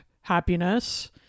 happiness